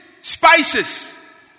spices